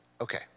Okay